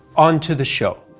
on to the show.